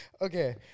Okay